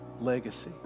legacy